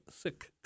sick